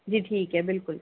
जी ठीक है बिल्कुल